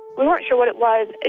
we weren't sure what it was.